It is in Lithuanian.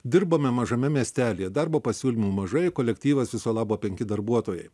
dirbame mažame miestelyje darbo pasiūlymų mažai kolektyvas viso labo penki darbuotojai